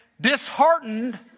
disheartened